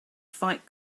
fight